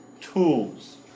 tools